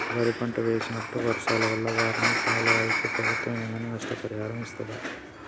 వరి పంట వేసినప్పుడు వర్షాల వల్ల వారిని ఫాలో అయితే ప్రభుత్వం ఏమైనా నష్టపరిహారం ఇస్తదా?